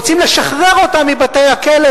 רוצים לשחרר אותם מבתי-הכלא,